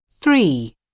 Three